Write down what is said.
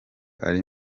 ari